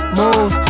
move